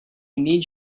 need